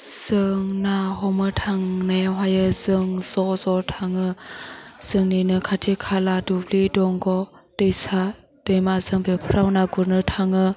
जों ना हमनो थांनायावहायो जों ज' ज' थाङो जोंनिनो खाथि खाला दुब्लि दंग दैसा दैमा जों बेफ्राव ना गुरनो थाङो